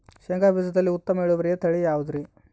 ಶೇಂಗಾ ಬೇಜದಲ್ಲಿ ಉತ್ತಮ ಇಳುವರಿಯ ತಳಿ ಯಾವುದುರಿ?